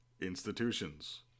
Institutions